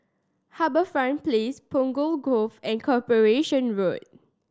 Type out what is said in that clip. HarbourFront Place Punggol Cove and Corporation Road